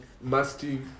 musty